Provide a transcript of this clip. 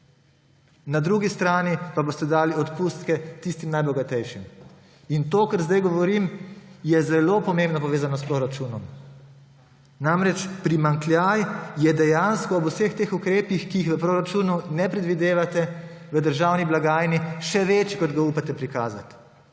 na drugi strani pa boste dali odpustke tistim najbogatejšim. To, kar zdaj govorim, je zelo pomembno povezano s proračunom. Namreč, primanjkljaj je dejansko ob vseh teh ukrepih, ki jih v proračunu ne predvidevate v državni blagajni, še večji, kot ga upate prikazati.